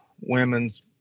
women's